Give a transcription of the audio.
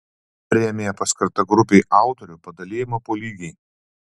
premija paskirta grupei autorių padalijama po lygiai